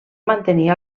mantenir